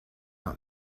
out